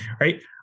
right